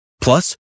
plus